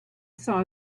saw